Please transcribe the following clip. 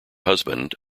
husband